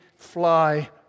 fly